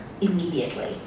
immediately